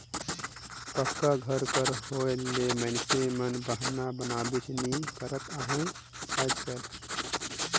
पक्का घर कर होए ले मइनसे मन बहना बनाबे नी करत अहे आएज काएल